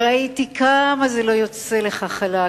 וראיתי כמה זה לא יוצא לך חלק.